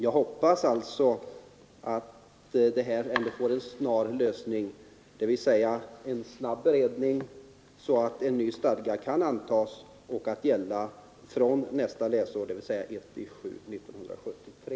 Jag hoppas alltså att frågan ändå får en snar lösning, dvs. en snabb beredning så att en ny stadga kan antas att gälla från nästa läsår, alltså den 1 juli 1973.